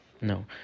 no